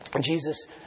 Jesus